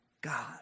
God